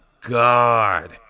God